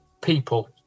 people